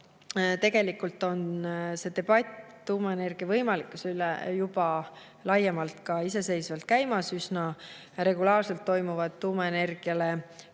tegelikult on see debatt tuumaenergia võimalikkuse üle juba laiemalt ka iseseisvalt käimas. Üsna regulaarselt toimuvad tuumaenergiale